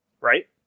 right